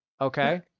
Okay